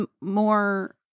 more